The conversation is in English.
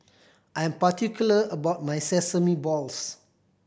I'm particular about my sesame balls